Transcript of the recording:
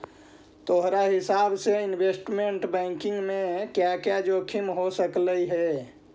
तोहार हिसाब से इनवेस्टमेंट बैंकिंग में क्या क्या जोखिम हो सकलई हे